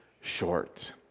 short